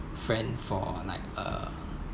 friend for like uh